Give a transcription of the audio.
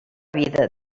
vida